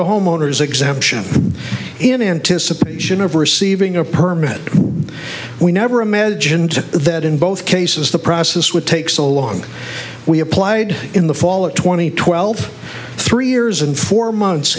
the homeowners exemption in anticipation of receiving a permit we never imagined that in both cases the process would take so long we applied in the fall of two thousand and twelve three years and four months